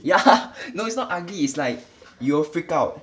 yeah no it's not ugly it's like you will freak out